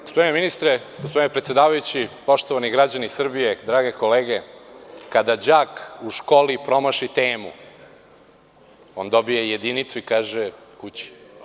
Gospodine ministre, gospodine predsedavajući, poštovani građani Srbije, drage kolege, kada đak u školi promaši temu, on dobije jedinicu i kaže – kući.